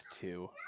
two